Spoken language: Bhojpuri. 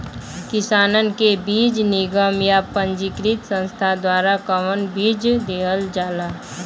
किसानन के बीज निगम या पंजीकृत संस्था द्वारा कवन बीज देहल जाला?